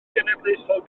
genedlaethol